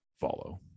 follow